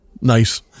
nice